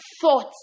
thoughts